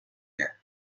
air